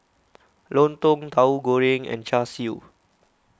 Lontong Tauhu Goreng and Char Siu